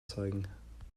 zeigen